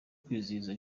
kwizihiza